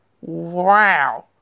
wow